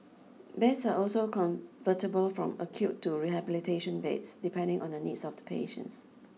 beds are also convertible from acute to rehabilitation beds depending on the needs of the patients